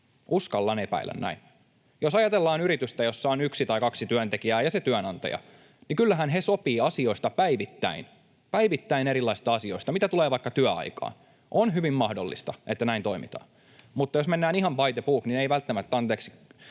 Uskallan epäillä näin. Jos ajatellaan yritystä, jossa on yksi tai kaksi työntekijää ja se työnantaja, niin kyllähän he sopivat asioista päivittäin, päivittäin erilaisista asioista, mitä tulee vaikka työaikaan. On hyvin mahdollista, että näin toimitaan, mutta jos mennään ihan by the book — anteeksi,